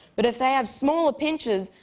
but if they have smaller pinchers,